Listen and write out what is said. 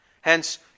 Hence